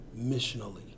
missionally